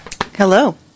Hello